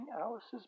Alice's